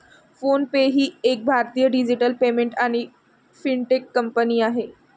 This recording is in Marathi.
फ़ोन पे ही एक भारतीय डिजिटल पेमेंट आणि फिनटेक कंपनी आहे